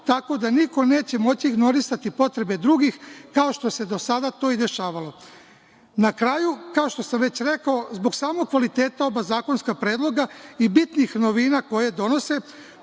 tako da niko neće moći ignorisati potrebe drugih, kao što se do sada to dešavalo. Na kraju, kao što sam već rekao, zbog samog kvaliteta oba zakonska predloga i bitnih novina koje donose,